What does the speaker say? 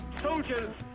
Soldiers